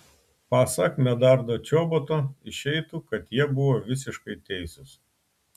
pasak medardo čoboto išeitų kad jie buvo visiškai teisūs